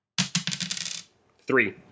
Three